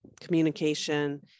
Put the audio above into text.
communication